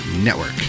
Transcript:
Network